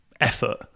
effort